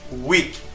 week